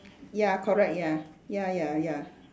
ya correct ya ya ya ya